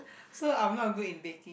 so I'm not good in baking